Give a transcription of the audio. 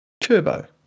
turbo